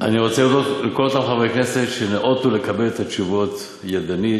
אני רוצה להודות לכל אותם חברי כנסת שניאותו לקבל את התשובות ידנית,